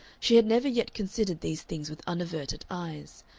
she had never yet considered these things with unaverted eyes.